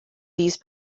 these